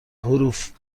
حروف